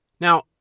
Now